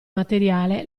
materiale